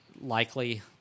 likely